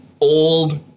old